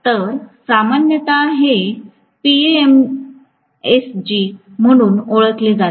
तर सामान्यत हे पीएमएसजी म्हणून ओळखले जाते